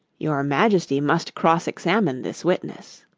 your majesty must cross-examine this witness